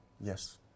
Yes